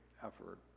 effort